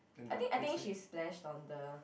I think I think she splash on the